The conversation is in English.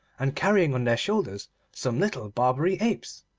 and carrying on their shoulders some little barbary apes.